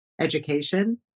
education